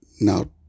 Now